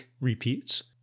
Repeats